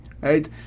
right